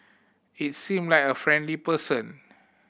he seemed like a friendly person